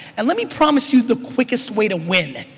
and let me promise you the quickest way to win.